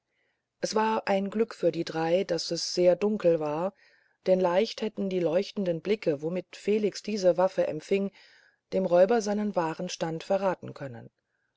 es war ein glück für die drei daß es sehr dunkel war denn leicht hätten die leuchtenden blicke womit felix diese waffe empfing dem räuber seinen wahren stand verraten können